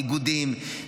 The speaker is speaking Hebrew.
מאיגודים,